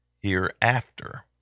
hereafter